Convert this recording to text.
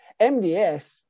MDS